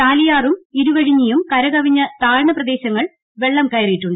ചാലിയാറും ഇരുവഴിഞ്ഞീയുട് കരകവിഞ്ഞ് താഴ്ന്ന പ്രദേശങ്ങളിൽ വെള്ളം കയറിയിട്ടുണ്ട്